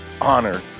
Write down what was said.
Honor